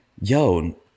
yo